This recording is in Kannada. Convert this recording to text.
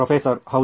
ಪ್ರೊಫೆಸರ್ ಹೌದು